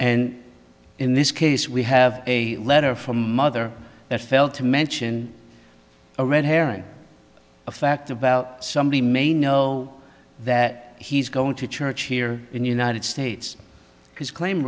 and in this case we have a letter from mother that failed to mention a red herring a fact about somebody may know that he's going to church here in the united states because claim